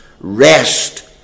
rest